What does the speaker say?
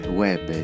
web